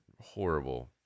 horrible